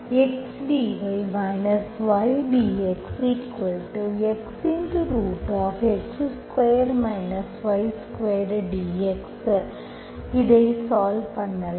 x dy y dx xx2 y2 dx இதை solve பண்ணலாம்